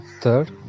Third